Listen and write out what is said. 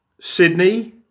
Sydney